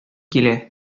килә